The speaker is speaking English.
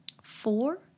four